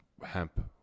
hemp